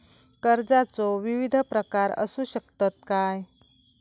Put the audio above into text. कर्जाचो विविध प्रकार असु शकतत काय?